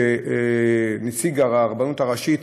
שנציג הרבנות הראשית,